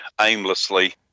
aimlessly